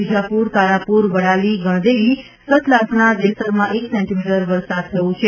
વીજાપુર તારાપુર વડાલી ગણદેવી સતલાસણા દેસરમાં એક સેન્ટીમીટર વરસાદ થયો છે